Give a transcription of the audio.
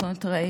אנחנו נתראה.